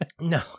no